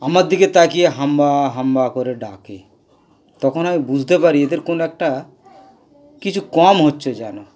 আমার দিকে তাকিয়ে হাম্বা হাম্বা করে ডাকে তখন আমি বুঝতে পারি এদের কোনো একটা কিছু কম হচ্ছে যেন